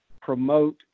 promote